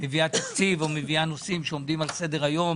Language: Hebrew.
ומביאה תקציב או נושאים שעומדים על סדר היום